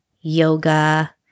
yoga